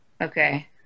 Okay